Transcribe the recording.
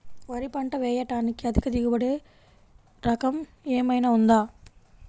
వరి పంట వేయటానికి అధిక దిగుబడి రకం ఏమయినా ఉందా?